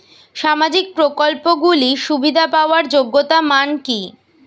সামাজিক প্রকল্পগুলি সুবিধা পাওয়ার যোগ্যতা মান কি?